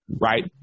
right